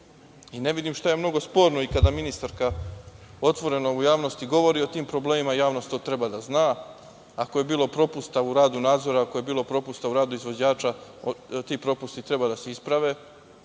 vidim šta je mnogo sporno kada ministarka otvoreno u javnosti govori o tim problemima. Javnost to treba da zna. Ako je bilo propusta u radu nadzora, ako je bilo propusta u radu izvođača, ti propusti treba da se isprave.